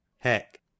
Heck